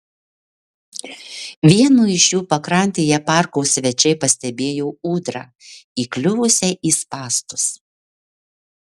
vieno iš jų pakrantėje parko svečiai pastebėjo ūdrą įkliuvusią į spąstus